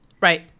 Right